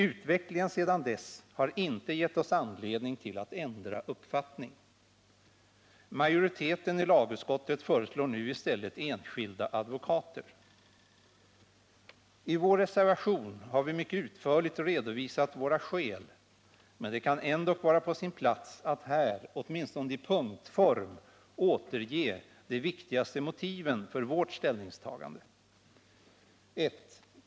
Utvecklingen sedan dess har inte gett oss anledning till att ändra uppfattning. Majoriteten i lagutskottet föreslår nu i stället enskilda advokater. I vår reservation har vi mycket utförligt redovisat våra skäl, men det kan ändock vara på sin plats att här åtminstone i punktform återge de viktigaste motiven för vårt ställningstagande. it 1.